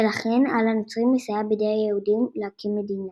ולכן על הנוצרים לסייע בידי היהודים להקים מדינה.